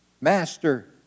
Master